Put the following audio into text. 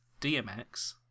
DMX